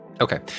Okay